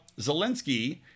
Zelensky